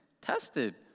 tested